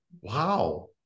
Wow